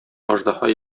аждаһа